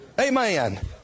Amen